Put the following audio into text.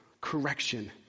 correction